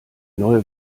neue